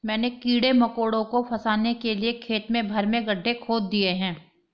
मैंने कीड़े मकोड़ों को फसाने के लिए खेत भर में गड्ढे खोद दिए हैं